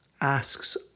asks